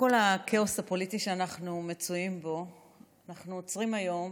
הכאוס הפוליטי שאנחנו מצויים בו אנחנו עוצרים היום